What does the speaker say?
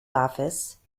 office